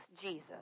Jesus